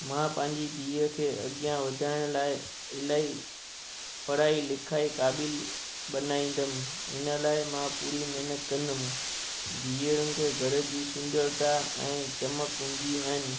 मां पांजी धीअ खे अॻियां वधाइण लाइ इलाही पढ़ाई लिखाई काबिल बनाईंदुमि हिन लाइ मां पूरी महिनतु कंदुमि धीअरूनि खे घर जी सुंदरता ऐं चमक हूंदियूं आहिनि